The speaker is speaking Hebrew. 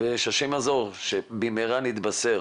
ושהשם יעזור, שבמהרה נתבשר